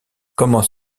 commence